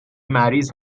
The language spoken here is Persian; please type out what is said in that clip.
مریض